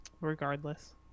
Regardless